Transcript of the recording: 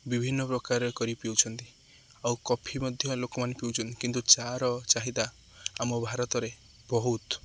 ବିଭିନ୍ନ ପ୍ରକାର କରି ପିଉଛନ୍ତି ଆଉ କଫି ମଧ୍ୟ ଲୋକମାନେ ପିଉଛନ୍ତି କିନ୍ତୁ ଚା'ର ଚାହିଦା ଆମ ଭାରତରେ ବହୁତ